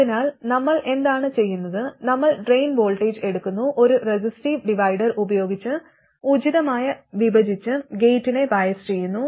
അതിനാൽ നമ്മൾ എന്താണ് ചെയ്യുന്നത് നമ്മൾ ഡ്രെയിൻ വോൾട്ടേജ് എടുക്കുന്നു ഒരു റെസിസ്റ്റീവ് ഡിവൈഡർ ഉപയോഗിച്ച് ഉചിതമായി വിഭജിച്ച് ഗേറ്റിനെ ബയസ് ചെയ്യുന്നു